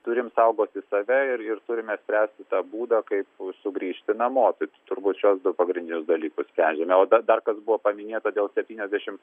turim saugoti save ir ir turime spręsti tą būdą kaip sugrįžti namo bet turbūt šiuos du pagrindinius dalykus kelime o dar dar kas buvo paminėta dėl septyniasdešimt